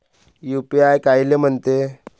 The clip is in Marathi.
यू.पी.आय कायले म्हनते?